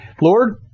Lord